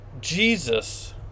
Jesus